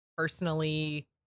personally